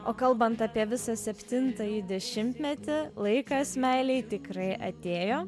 o kalbant apie visą septintąjį dešimtmetį laikas meilei tikrai atėjo